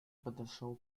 подошел